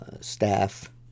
staff